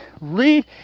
read